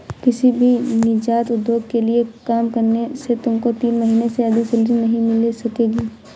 किसी भी नीजात उद्योग के लिए काम करने से तुमको तीन महीने से अधिक सैलरी नहीं मिल सकेगी